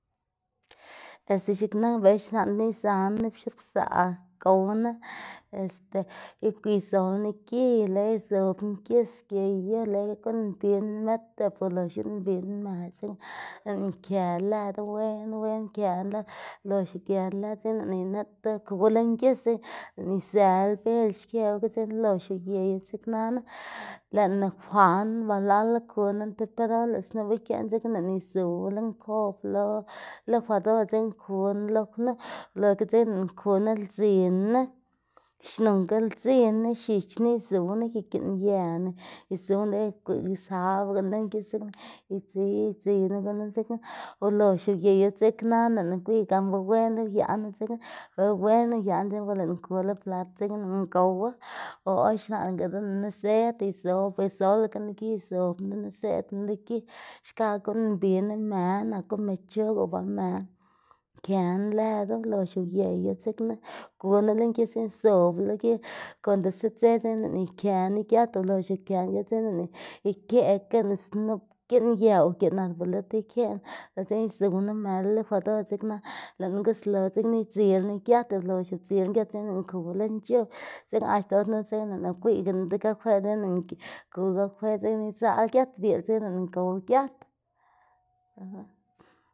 Este x̱iꞌk nak be xlaꞌndná izaná nup x̱oꞌb pzaꞌ gowná este izolná gi lego izobná gis geyu lego guꞌn mbiná më dip ulox uyuꞌnnmbiná më dzekna lëꞌná kë lëdu wen wen këná lëdu lox ugená lëdu dzekna lëꞌná init kuwa lën gis, dzekna izëla bel xkëwu ga dzekna lox uyeyu dzeknana lëꞌná kwaná balalu kuna ti perol lëꞌ snupu giaꞌn dzekna lëꞌná izuw kula nkob lo licuadora dzekna kuna lo knu uloga dzekna lëꞌná kuná ldzinna, nonga ldzina, x̱ichna izuwna y giꞌn yëna izuwma lego guꞌn uzabaganu lën gis idziy idziyná gunu dzekna ulox uyeyu dzeknana lëꞌná gwiy gan be wenla uyaꞌnu dzekna dela wenla uyaꞌnu dzeknana lëꞌná kula plat dzekna lëꞌna gowa o or xlaꞌngadená niszed izob izolagená gi izobná deniszedná go gi xkakga guꞌnnmbina mëna, naku më c̲h̲og o ba më këná lëdu ulox uyeyu dzekna gola lën gis zobla lo gi konda sti dze dzekna lëꞌná ikëná giat ulox ukëná giat dzekna lëꞌná ikeꞌkená snup giꞌn yë o giꞌn arbolit ikeꞌná lo dzekna izuwná më lo licuadora dzekna lëꞌná guslo dzekna idzilná giat ulox udzilná giat dzekna lëꞌná kuwa lën c̲h̲ob dzekna axta or knu dzekna lëꞌná igwiꞌyganá dekafená dzekna lëꞌná ku kafe dzekna idzaꞌl giat biꞌl dzekna lëꞌná gow giat.